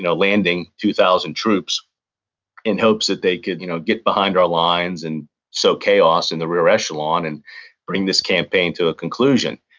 landing two thousand troops in hopes that they could you know get behind our lines and sow chaos in the rear echelon and bring this campaign to a conclusion.